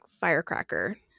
firecracker